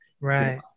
Right